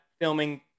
filming